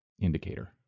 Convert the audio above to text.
indicator